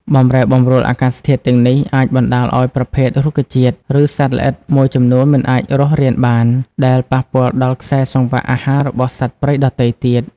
បម្រែបម្រួលអាកាសធាតុទាំងនេះ អាចបណ្ដាលឱ្យប្រភេទរុក្ខជាតិ ឬសត្វល្អិតមួយចំនួនមិនអាចរស់រានបាន ដែលប៉ះពាល់ដល់ខ្សែសង្វាក់អាហាររបស់សត្វព្រៃដទៃទៀត។